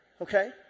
Okay